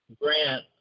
grant